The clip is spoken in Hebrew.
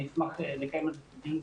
אני אשמח לקיים על זה דיון.